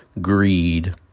greed